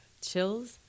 chills